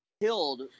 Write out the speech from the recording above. killed